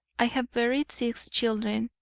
i have buried six children,